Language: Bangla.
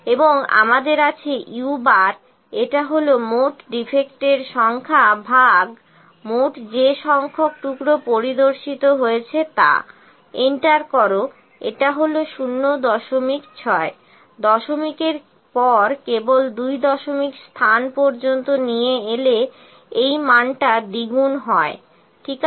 এবং আমাদের আছে u এটা হল মোট ডিফেক্টের সংখ্যা ভাগ মোট যে সংখ্যক টুকরো পরিদর্শিত হয়েছে তা এন্টার করো এটা হল 06 দশমিকের পর কেবল দুই দশমিক স্থান পর্যন্ত নিয়ে এলে এই মানটা দ্বিগুণ হয় ঠিক আছে